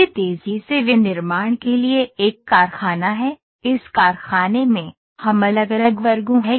यह तेजी से विनिर्माण के लिए एक कारखाना है इस कारखाने में हम अलग अलग वर्गों है